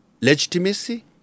legitimacy